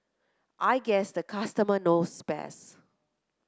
I guess the customer knows best